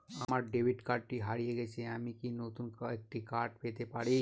আমার ডেবিট কার্ডটি হারিয়ে গেছে আমি কি নতুন একটি কার্ড পেতে পারি?